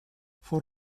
for